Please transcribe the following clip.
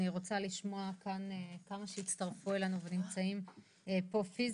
אני רוצה לשמוע כמה שהצטרפו אלינו ונמצאים פה פיזית.